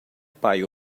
pai